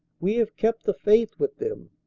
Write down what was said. we have kept the faith with them.